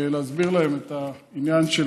להסביר להם את העניין של